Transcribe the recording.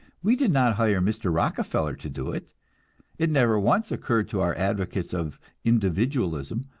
we did not hire mr. rockefeller to do it it never once occurred to our advocates of individualism,